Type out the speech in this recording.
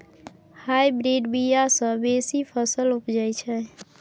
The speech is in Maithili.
हाईब्रिड बीया सँ बेसी फसल उपजै छै